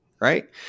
Right